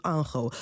Ango